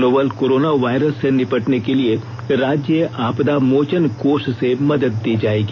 novel corona virus से निपटने के लिए राज्य आपदा मोचन कोष से मदद दी जाएगी